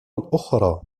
الأخرى